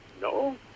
No